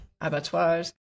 abattoirs